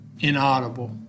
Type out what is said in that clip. inaudible